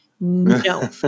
No